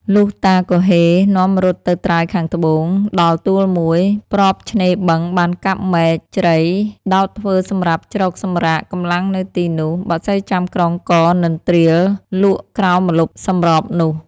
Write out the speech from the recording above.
លុះតាគហ៊េនាំរត់ទៅត្រើយខាងត្បូង ដល់ទួលមួយ ប្របឆេ្នរបឹងបានកាប់មែកជ្រៃដោតធ្វើសំរាប់ជ្រកសម្រាក កំលាំងនៅទីនោះ បក្សីចាំក្រុង ក៏និន្រ្ទាលក់ក្រោមម្លប់សម្របនោះ។